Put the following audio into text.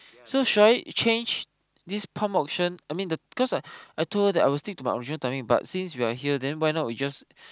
so should I change this option I mean the cause I I told her that I will stick to my original timing but since we are here then why not we just